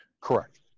Correct